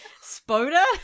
Spoda